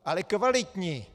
Ale kvalitní!